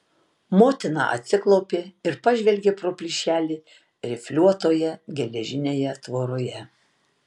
motina atsiklaupė ir pažvelgė pro plyšelį rifliuotoje geležinėje tvoroje